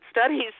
studies